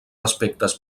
aspectes